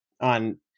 on